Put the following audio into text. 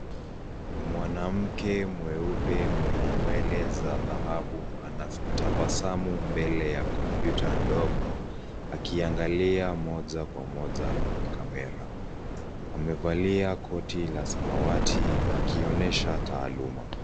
Mwanamke mweupe mwenye nywele za dhahabu anatabasamu mbele ya kompyuta ndogo akiangalia moja kwa moja kwenye kamera. Amevalia koti la samawati akionyesha taaluma.